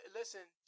listen